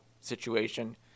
situation